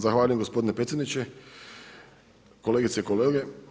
Zahvaljujem gospodine predsjedniče, kolegice i kolege.